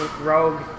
rogue